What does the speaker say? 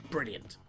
Brilliant